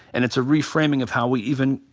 and it's a reframing of how we even,